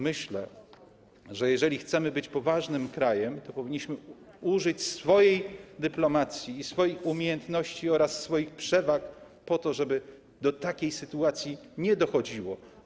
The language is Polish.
Myślę, że jeżeli chcemy być poważnym krajem, to powinniśmy użyć swojej dyplomacji i swoich umiejętności oraz swoich przewag po to, żeby do takiej sytuacji nie dochodziło.